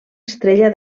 estrella